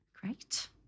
Great